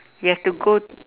you have to go